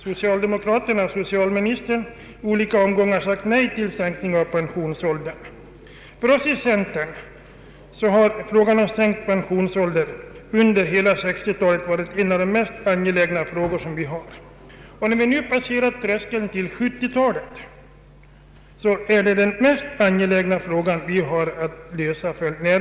Socialministern har också i olika omgångar sagt nej till en sänkning av pensionsåldern. För centerpartiet har frågan om en sänkt pensionsålder under hela 1960-talet varit en av de mest angelägna. När vi nu passerat tröskeln till 1970-talet är det för oss den mest angelägna frågan att lösa.